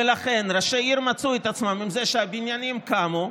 ולכן ראשי עיר מצאו את עצמם עם זה שהבניינים קמו,